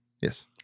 Yes